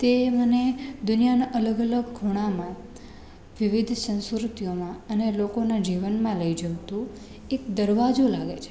તે મને દુનિયાના અલગ અલગ ખૂણામાં વિવિધ સંસ્કૃતિઓમાં અને લોકોના જીવનમાં લઈ જતો એક દરવાજો લાગે છે